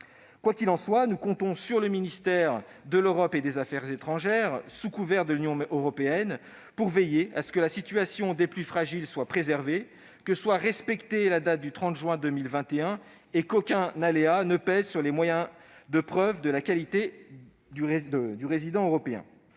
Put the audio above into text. Quoi qu'il en soit, nous comptons sur le ministère de l'Europe et des affaires étrangères, sous couvert de l'Union européenne, pour veiller à ce que la situation des plus fragiles soit préservée, que soit respectée la date du 30 juin 2021 et qu'aucun aléa ne pèse sur les moyens de preuve de la qualité de résident européen.